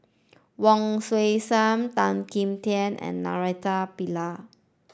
Wong Tuang Seng Tan Kim Tian and Naraina Pillai